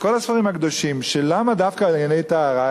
וכל הספרים הקדושים, למה דווקא על ענייני טהרה?